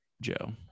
Joe